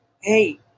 hey